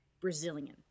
Brazilian